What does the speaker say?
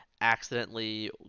accidentally